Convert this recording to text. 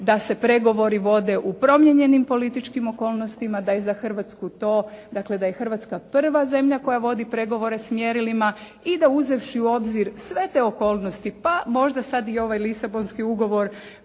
da se pregovori vode u promijenjenim političkim okolnostima, da je za Hrvatsku to, dakle da je Hrvatska prva zemlja koja vodi pregovore s mjerilima i da uzevši u obzir sve te okolnosti, pa možda sad i ovaj Lisabonski ugovor